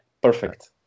perfect